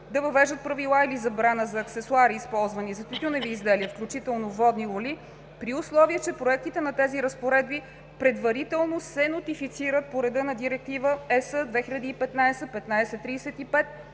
да въвеждат правила или забрана за аксесоари, използвани за тютюневи изделия, включително водни лули, при условие че проектите на тези разпоредби, предварително се нотифицират по реда на Директива (ЕС)2015/1535,